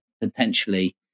potentially